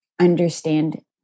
Understand